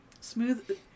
Smooth